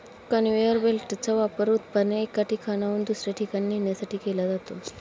conveyor बेल्टचा वापर उत्पादने एका ठिकाणाहून दुसऱ्या ठिकाणी नेण्यासाठी केला जातो